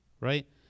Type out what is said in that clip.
right